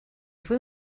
fue